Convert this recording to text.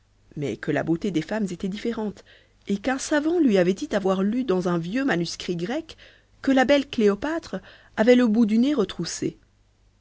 mais que la beauté des femmes était différente et qu'un savant qui parlait grec lui avait dit qu'il avait lu dans un vieux manuscrit grec que la belle cléopâtre avait le bout du nez retroussé